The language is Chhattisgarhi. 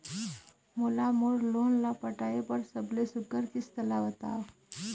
मोला मोर लोन ला पटाए बर सबले सुघ्घर किस्त ला बताव?